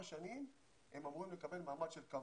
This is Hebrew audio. שנים הם אמורים לקבל מעמד של קבוע.